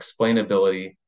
explainability